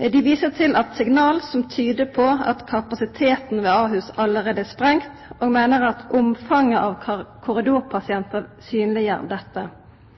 Dei viser til signal som tyder på at kapasiteten ved Ahus allereie er sprengd, og meiner at omfanget av korridorpasientar synleggjer dette.